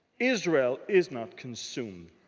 israel is not consumed.